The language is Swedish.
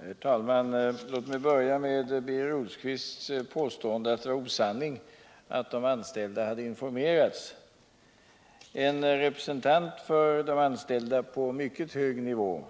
Herr talman! Låt mig börja med Birger Rosqvists påstående att det var osanning att de anställda hade informerats. En representant för de anställda på mycket hög nivå